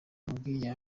amubwiye